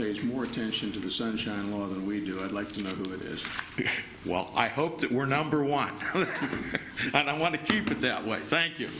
pays more attention to the sunshine law than we do i'd like to know who it is well i hope that we're number one and i want to keep it that way thank you